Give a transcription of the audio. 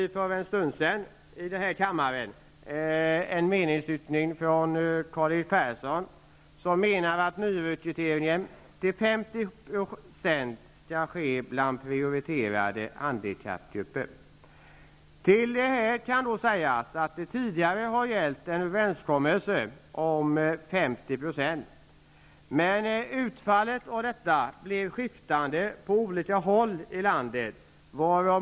För en stund sedan hörde vi att Karl-Erik Persson menar att nyrekryteringen till 50 % skall ske från prioriterade handikappgrupper. Om det kan då sägas att en överenskommelse om 50 % tidigare har gällt men att utfallet av detta blev skiftande på olika håll i landet.